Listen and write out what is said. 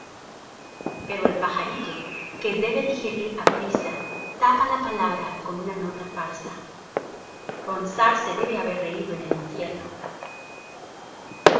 pero el pajarillo que debe digerir aprisa tapa la palabra con una nota falsa ronsard se debe haber reído en el infierno